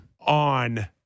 On